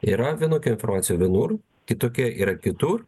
yra vienokia informacija vienur kitokia yra kitur